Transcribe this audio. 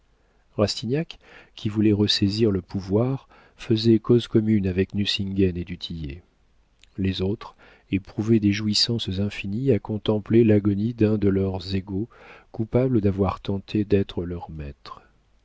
qui voulait ressaisir le pouvoir faisait cause commune avec nucingen et du tillet les autres éprouvaient des jouissances infinies à contempler l'agonie d'un de leurs égaux coupable d'avoir tenté d'être leur maître